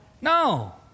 No